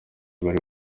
bari